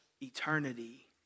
eternity